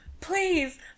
please